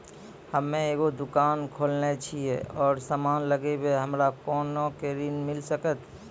हम्मे एगो दुकान खोलने छी और समान लगैबै हमरा कोना के ऋण मिल सकत?